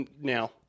now